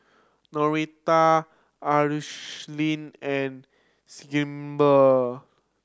Noretta Ashli and